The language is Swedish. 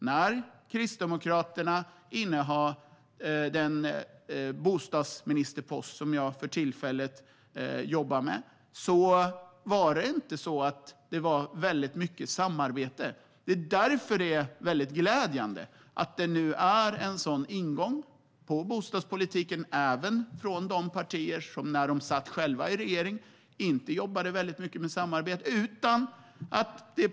När Kristdemokraterna innehade den bostadsministerpost som jag för tillfället innehar förekom inte mycket samarbete. Det är därför glädjande att det nu finns en sådan ingång vad gäller bostadspolitiken även från de partier som när de själva satt i regeringsställning inte jobbade så väldigt mycket för samarbete.